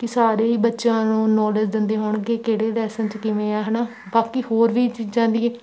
ਕਿ ਸਾਰੇ ਹੀ ਬੱਚਿਆਂ ਨੂੰ ਨੌਲੇਜ ਦਿੰਦੇ ਹੋਣਗੇ ਕਿਹੜੇ ਲੈਸਨ 'ਚ ਕਿਵੇਂ ਹੈ ਹੈ ਨਾ ਬਾਕੀ ਹੋਰ ਵੀ ਚੀਜ਼ਾਂ ਦੀ